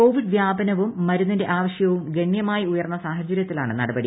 Covid വ്യാപനവും മരുന്നിന്റെ ആവശ്യവും ഗണ്യമായി ഉയർന്ന സാഹചരൃത്തിലാണ് നടപടി